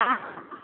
आओर